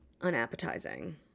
unappetizing